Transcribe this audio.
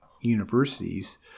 universities